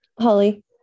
Holly